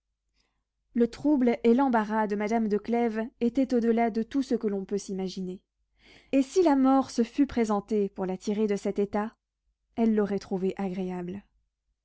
le trouble et l'embarras de madame de clèves étaient au-delà de tout ce que l'on peut s'imaginer et si la mort se fût présentée pour la tirer de cet état elle l'aurait trouvée agréable